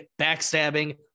backstabbing